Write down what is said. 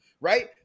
Right